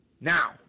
Now